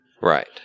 Right